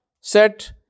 set